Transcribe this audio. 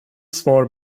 svar